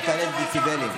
אל תעלה בדציבלים.